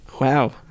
wow